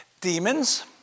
demons